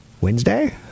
Wednesday